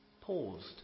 paused